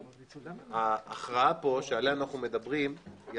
ההכרעה פה שאנו מדברים עליה היא